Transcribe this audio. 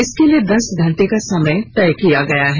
इसके लिए दस घंटे का समय तय किया गया है